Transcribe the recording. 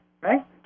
right